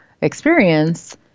experience